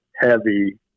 heavy